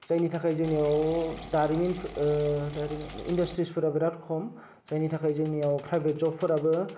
जायनि थाखाय जोंनियाव दारिमिन इनडास्ट्रिसफोरा बिराद खम जायनि थाखाय जोंनियाव प्राइभेट जबफोराबो